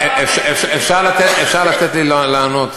אפשר לתת לי לענות?